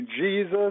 Jesus